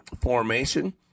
formation